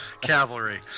cavalry